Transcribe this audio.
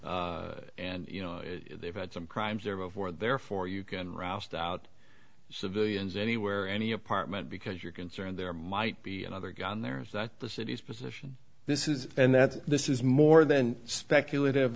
and you know they've had some crimes there before therefore you can rouse doubt civilians anywhere any apartment because you're concerned there might be another gun there is that the city's position this is and that this is more than speculative